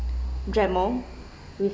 dremel with